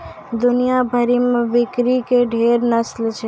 दुनिया भरि मे बकरी के ढेरी नस्ल छै